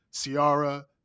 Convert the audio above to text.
Ciara